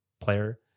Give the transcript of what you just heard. player